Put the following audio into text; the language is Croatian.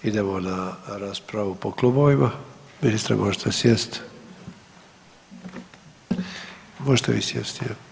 Idemo na raspravu po klubovima, ministre možete sjest, možete vi sjest.